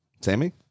Sammy